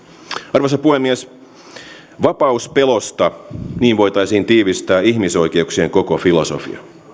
arvoisa puhemies vapaus pelosta niin voitaisiin tiivistää ihmisoikeuksien koko filosofia